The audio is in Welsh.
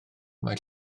mae